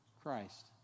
Christ